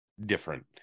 different